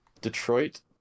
Detroit